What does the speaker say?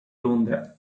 londra